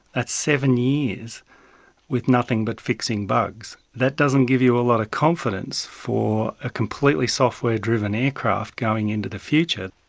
that's seven years with nothing but fixing bugs. that doesn't give you a lot of confidence for a completely software driven aircraft going into the future.